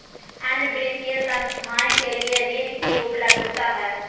अन्य वित्तीय संस्थाएं के लिए ऋण की उपलब्धता है?